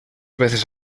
veces